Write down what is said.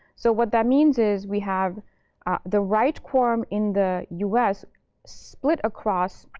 so what that means is we have the write quorum in the us split across,